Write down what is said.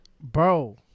Bro